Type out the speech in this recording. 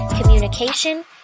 communication